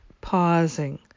pausing